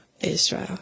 Israel